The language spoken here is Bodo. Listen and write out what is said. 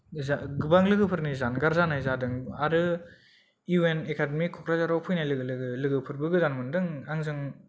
ओजा गोबां लोगोफोरनि जानगार जानाय जादों आरो इउ एन एकाडेमि कक्राझाराव फैनाय लोगो लोगो लोगोफोरबो गोदान मोनदों आंजों